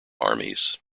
armies